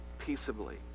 peaceably